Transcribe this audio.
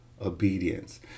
obedience